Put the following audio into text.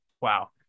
wow